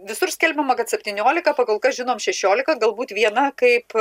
visur skelbiama kad septyniolika pakol kas žinom šešiolika galbūt viena kaip